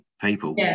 people